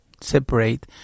separate